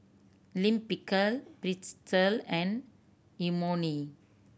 Lime Pickle Pretzel and Imoni